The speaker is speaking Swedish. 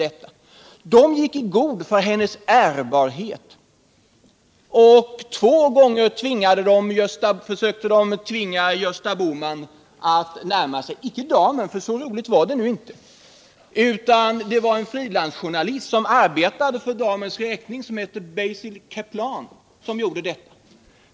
Byrån gick i god för damens ärbarhet och försökte två gånger förmå Gösta Bohman att närma sig icke damen, för så roligt var det nu inte, utan en frilansjournalist som arbetade för hennes räkning och som heter Basil Caplan.